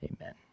Amen